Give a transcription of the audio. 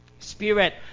Spirit